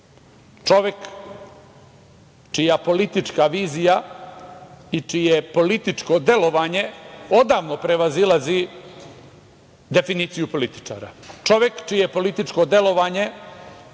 čovek čija politička vizija i čije političko delovanje odavno prevazilazi definiciju političara. Čovek čije političko delovanje